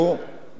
והם לא מעטים.